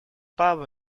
pub